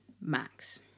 Max